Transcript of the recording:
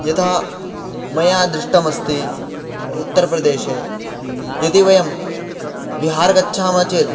यथा मया दृष्टमस्ति उत्तरप्रदेशे यदि वयं बिहार् गच्छामः चेत्